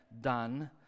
done